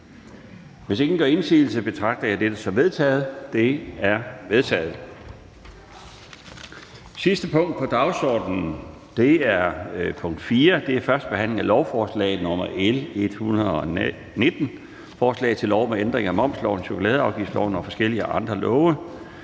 Hvis ingen gør indsigelse, betragter jeg dette som vedtaget. Det er vedtaget. --- Det sidste punkt på dagsordenen er: 4) 1. behandling af lovforslag nr. L 119: Forslag til lov om ændring af momsloven, chokoladeafgiftsloven og forskellige andre love.